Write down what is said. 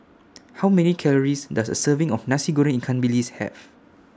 How Many Calories Does A Serving of Nasi Goreng Ikan Bilis Have